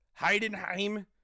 Heidenheim